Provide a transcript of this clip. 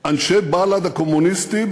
אנשי בל"ד הקומוניסטים,